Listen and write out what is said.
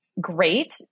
great